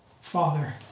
Father